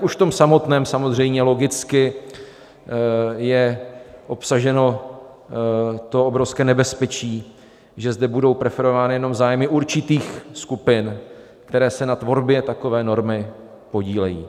Už v tom samotném samozřejmě logicky je obsaženo obrovské nebezpečí, že zde budou preferovány jenom zájmy určitých skupin, které se na tvorbě takové normy podílejí.